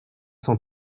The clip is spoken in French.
cent